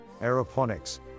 aeroponics